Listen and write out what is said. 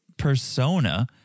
persona